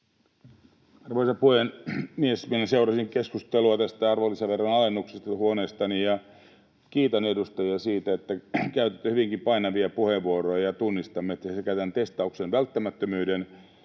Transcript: Arvoisa puhemies! Minä seurasin keskustelua tästä arvonlisäveron alennuksesta huoneestani, ja kiitän edustajia siitä, että käytitte hyvinkin painavia puheenvuoroja. Tunnistamme sekä tämän testauksen välttämättömyyden